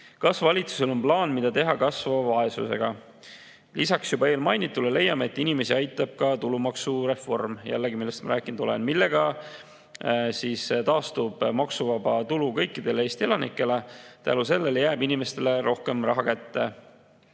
"Kas valitsusel on plaan, mida teha kasvava vaesusega?" Lisaks eelmainitule leiame, et inimesi aitab ka tulumaksureform – sellest ma olen juba rääkinud –, millega taastub maksuvaba tulu kõikidele Eesti elanikele. Tänu sellele jääb inimestele rohkem raha kätte.